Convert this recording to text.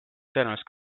tõenäoliselt